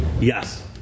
Yes